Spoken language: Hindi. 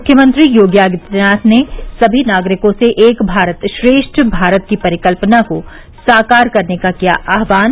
मुख्यमंत्री योगी आदित्यनाथ ने सभी नागरिकों से एक भारत श्रेष्ठ भारत की परिकल्पना को साकार करने का किया आह्वान